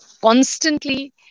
constantly